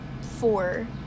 four